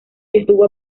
estuvo